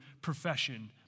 profession